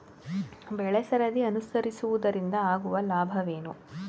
ಬೆಳೆಸರದಿ ಅನುಸರಿಸುವುದರಿಂದ ಆಗುವ ಲಾಭವೇನು?